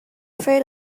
afraid